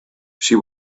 she